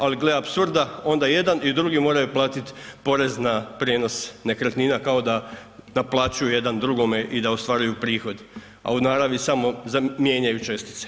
Ali gle apsurda onda jedan i drugi moraju platiti porez na prijenos nekretnina kao da plaćaju jedan drugome i da ostvaruju prihod, a u naravni samo mijenjaju čestice.